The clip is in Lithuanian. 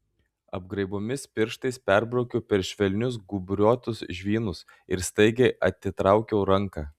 apgraibomis pirštais perbraukiau per švelnius gūbriuotus žvynus ir staigiai atitraukiau ranką